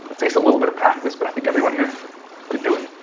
takes a little bit of practice, but i think everyone here could do it,